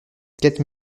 quatre